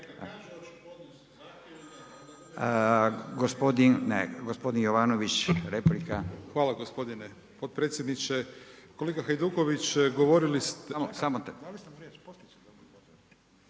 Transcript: Hvala gospodine potpredsjedniče. Kolega Hajduković, govorili ste …